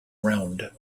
round